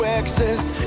exist